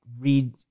read